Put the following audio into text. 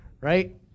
Right